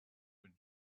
would